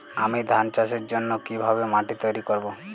আমি ধান চাষের জন্য কি ভাবে মাটি তৈরী করব?